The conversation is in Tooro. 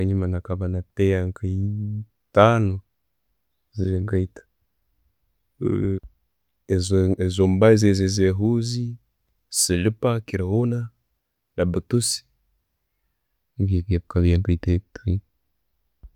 Hanjuma nkaba na'pair nka etaano ezenkaito. Ezo mubaazi, ezo huzi, slipper kirowuna, na boots nibyebyo.